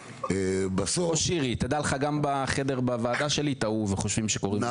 גם בחדר בוועדה שלי טעו וחושבים שקוראים לי שירי.